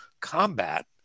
combat